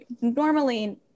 Normally